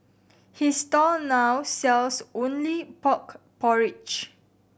his stall now sells only pork porridge